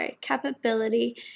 capability